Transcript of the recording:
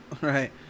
Right